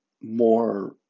more